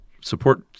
support